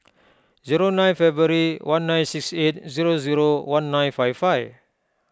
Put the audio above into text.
zero nine February one nine six eight zero zero one nine five five